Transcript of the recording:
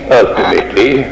ultimately